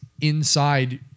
inside